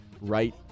right